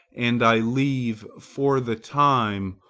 and i leave, for the time,